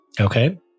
Okay